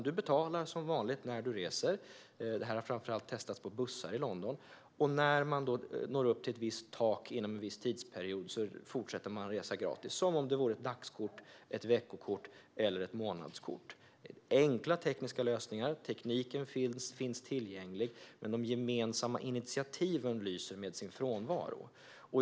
Du betalar som vanligt när du reser. Det har framför allt testats på bussar i London. När man sedan har nått upp till ett visst tak inom en viss tidsperiod fortsätter man att resa gratis - som om det vore ett dagskort, veckokort eller månadskort. Det är enkla tekniska lösningar. Tekniken finns tillgänglig, men de gemensamma initiativen lyser med sin frånvaro.